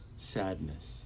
Sadness